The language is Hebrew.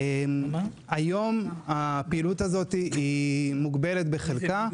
היום, הפעילות הזו מוגבלת בחלקה.